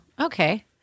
okay